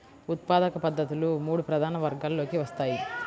ఉత్పాదక పద్ధతులు మూడు ప్రధాన వర్గాలలోకి వస్తాయి